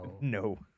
No